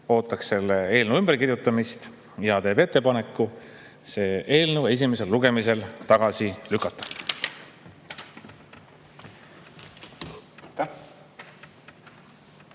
ootame eelnõu ümberkirjutamist ja teeme ettepaneku eelnõu esimesel lugemisel tagasi lükata.